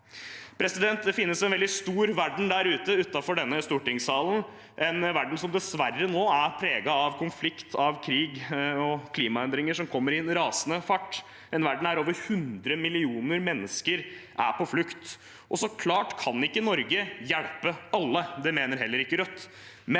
barnevernet. Det finnes en veldig stor verden der ute, utenfor denne stortingssalen, en verden som dessverre nå er preget av konflikt, av krig og av klimaendringer som kommer i en rasende fart – en verden der over 100 millioner mennesker er på flukt. Så klart kan ikke Norge hjelpe alle. Det mener heller ikke Rødt,